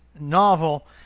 novel